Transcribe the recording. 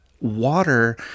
Water